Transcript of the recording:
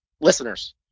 listeners